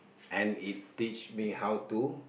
and it teach me how to